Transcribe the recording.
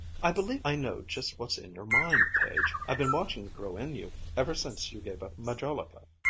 i believe i know just what's in your mind, page i've been watching it grow in you, ever since you gave up majolica.